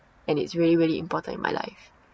and it's really really important in my life